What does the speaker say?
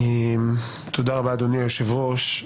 תודה רבה, אדוני היושב-ראש,